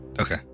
Okay